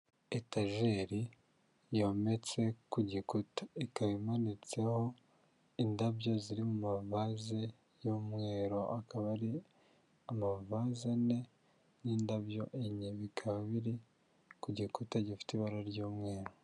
Etajeri yometse ku gikuta; ikaba imanitseho indabyo ziri mu mavase y'umweru, akaba ari amavaze ane n'indabyo enye bikaba biri ku gikuta gifite ibara ry'umweru.